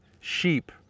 sheep